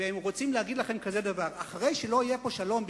והם רוצים להגיד לכם כזה דבר: אחרי שלא יהיה פה שלום,